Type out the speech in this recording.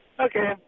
Okay